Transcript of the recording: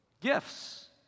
gifts